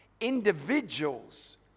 individuals